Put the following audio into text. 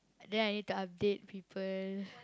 then I need to update people